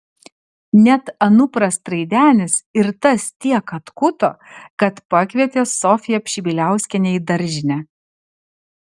net anupras traidenis ir tas tiek atkuto kad pakvietė sofiją pšibiliauskienę į daržinę